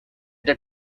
the